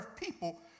people